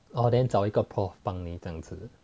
orh then 找一个 prof 帮你这样子